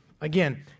Again